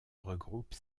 regroupe